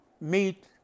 meat